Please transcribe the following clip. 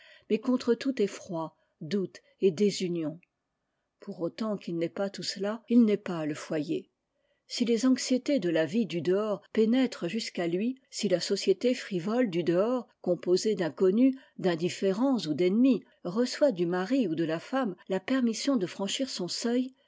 mais contre tout effroi doute et désunion pour autant qu'il n'est pas tout cela il n'est pas je foyer si les anxiétés de la vie du dehors pénètrent jusqu'à lui si la société frivole du dehors composée d'inconnus d'indin'érents ou d'ennemis reçoit du mari ou de la femme la permission de franchir son seuil